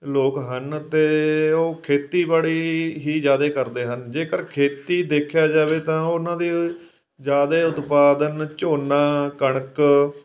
ਲੋਕ ਹਨ ਅਤੇ ਉਹ ਖੇਤੀ ਬੜੀ ਹੀ ਜ਼ਿਆਦਾ ਕਰਦੇ ਹਨ ਜੇਕਰ ਖੇਤੀ ਦੇਖਿਆ ਜਾਵੇ ਤਾਂ ਉਹਨਾਂ ਦੇ ਜ਼ਿਆਦਾ ਉਤਪਾਦਨ ਝੋਨਾ ਕਣਕ